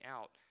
out